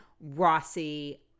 Rossi